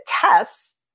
tests